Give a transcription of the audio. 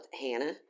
Hannah